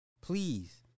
Please